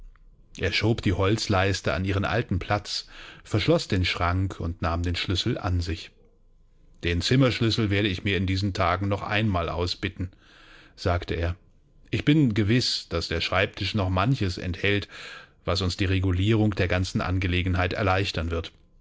er schob die holzleiste an ihren alten platz verschloß den schrank und nahm den schlüssel an sich den zimmerschlüssel werde ich mir in diesen tagen noch einmal ausbitten sagte er ich bin gewiß daß der schreibtisch noch manches enthält was uns die regulierung der ganzen angelegenheit erleichtern wird